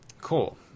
Cool